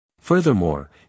Furthermore